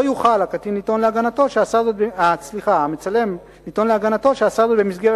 לא יוכל המצלם לטעון להגנתו שעשה זאת במסגרת